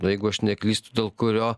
na jeigu aš neklystu dėl kurio